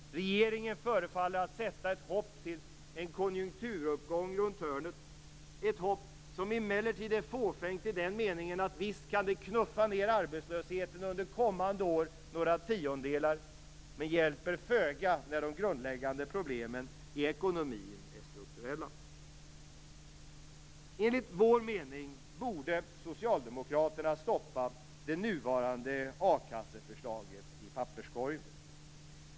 Regeringen förefaller att sätta ett hopp till en konjunkturuppgång runt hörnet, ett hopp som emellertid är fåfängt i den meningen att det visst kan knuffa ned arbetslösheten några tiondelar under kommande år men hjälper föga när de grundläggande problemen i ekonomin är strukturella. Enligt vår mening borde socialdemokraterna stoppa det nuvarande a-kasseförslaget i papperskorgen.